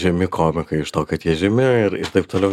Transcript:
žemikomikai iš to kad jie žemi ir taip toliau